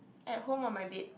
at home on my bed